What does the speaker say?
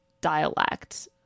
dialect